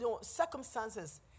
circumstances